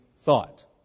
thought